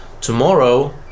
tomorrow